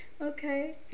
okay